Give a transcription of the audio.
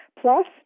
Plus